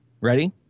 ready